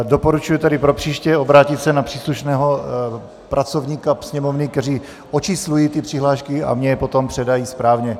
Doporučuji tedy propříště se obrátit na příslušné pracovníky Sněmovny, kteří očíslují přihlášky a mně je potom předají správně.